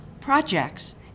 projects